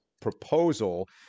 proposal